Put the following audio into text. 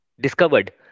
discovered